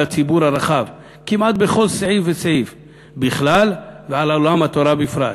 הציבור הרחב כמעט בכל סעיף וסעיף בכלל ועל עולם התורה בפרט.